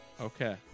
Okay